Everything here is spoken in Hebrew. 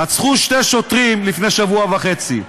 רצחו שני שוטרים לפני שבוע וחצי,